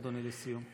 אדוני, לסיום.